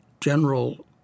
general